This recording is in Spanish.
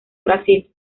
brasil